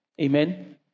Amen